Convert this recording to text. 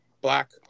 black